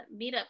meetup